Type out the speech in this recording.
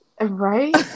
right